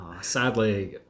Sadly